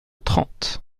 trente